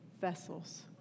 vessels